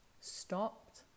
stopped